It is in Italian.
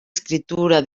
scrittura